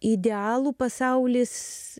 idealų pasaulis